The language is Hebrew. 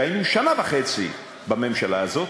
היינו שנה וחצי בממשלה הזאת,